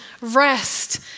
rest